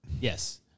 Yes